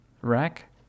Rack